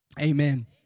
amen